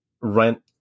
rent